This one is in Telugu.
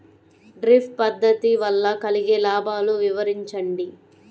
డ్రిప్ పద్దతి వల్ల కలిగే లాభాలు వివరించండి?